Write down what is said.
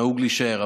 נהוג להישאר.